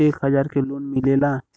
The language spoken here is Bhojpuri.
एक हजार के लोन मिलेला?